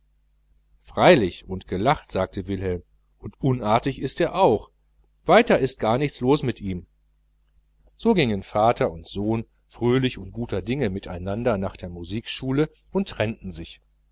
freilich und gelacht sagte wilhelm und unartig ist er auch weiter ist gar nichts los mit ihm so gingen vater und sohn fröhlich und guter dinge miteinander nach der musikschule und trennten sich